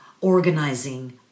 organizing